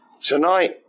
Tonight